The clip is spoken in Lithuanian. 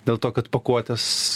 dėl to kad pakuotės